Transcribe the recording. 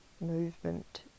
movement